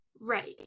Right